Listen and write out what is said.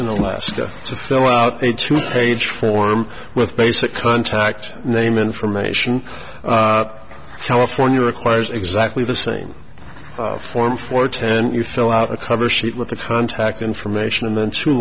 alaska to fill out a two page form with basic contact name information california requires exactly the same form for ten you fill out a cover sheet with the contact information and then two